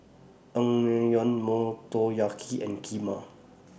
Naengmyeon Motoyaki and Kheema